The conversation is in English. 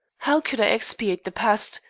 how could i expiate the past,